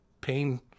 pain